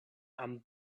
and